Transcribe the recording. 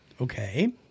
Okay